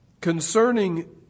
concerning